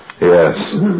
Yes